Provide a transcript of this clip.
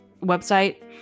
website